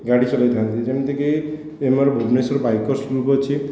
ଗାଡ଼ି ଚଲାଉଥାନ୍ତି ଯେମିତିକି ଏ ଆମର ଭୁବନେଶ୍ୱର ରେ ବାଇକର୍ସ ଗ୍ରୁପ ଅଛି